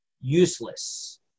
useless